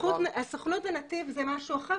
הסוכנות ונתיב זה משהו אחר,